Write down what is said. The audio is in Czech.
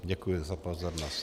Děkuji za pozornost.